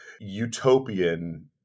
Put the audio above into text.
utopian